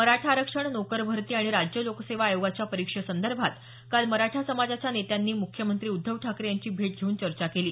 मराठा आरक्षण नोकर भरती आणि राज्य लोकसेवा आयोगाच्या परीक्षेसंदर्भात काल मराठा समाजाच्या नेत्यांनी मुख्यमंत्री उद्धव ठाकरे यांची भेट घेऊन चर्चा केली